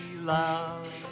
love